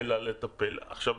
עכשיו,